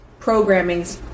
programmings